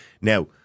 Now